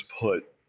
put